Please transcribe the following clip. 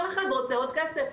כל אחד רוצה עוד כסף,